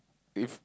if